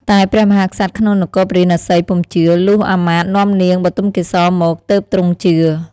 តែព្រះមហាក្សត្រក្នុងនគរពារាណសីពុំជឿ លុះអាមាត្យនាំនាងបុទមកេសរមកទើបទ្រង់ជឿ។